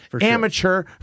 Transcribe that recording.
Amateur